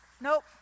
Nope